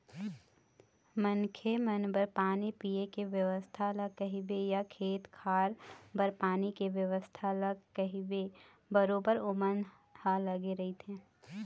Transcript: मनखे मन बर पानी पीए के बेवस्था ल कहिबे या खेत खार बर पानी के बेवस्था ल कहिबे बरोबर ओमन ह लगे रहिथे